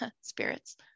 spirits